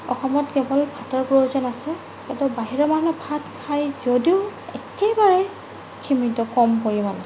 অসমত কেৱল ভাতৰ প্ৰয়োজন আছে কিন্তু বাহিৰৰ মানুহে ভাত খায় যদিও একেবাৰে সীমিত কম পৰিমাণত